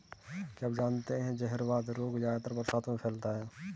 क्या आप जानते है जहरवाद रोग ज्यादातर बरसात में फैलता है?